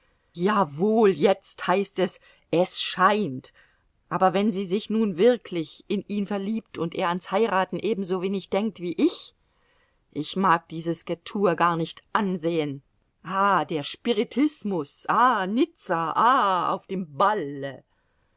jawohl jetzt heißt es es scheint aber wenn sie sich nun wirklich in ihn verliebt und er ans heiraten ebensowenig denkt wie ich ich mag dieses getue gar nicht ansehen ah der spiritismus ah nizza ah auf dem balle